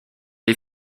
est